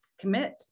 Commit